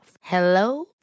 Hello